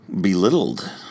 belittled